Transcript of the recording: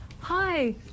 Hi